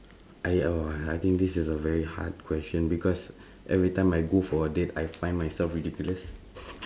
I uh !whoa! I think this is a very hard question because every time I find myself going for a date I find myself ridiculous